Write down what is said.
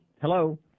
Hello